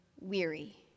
Weary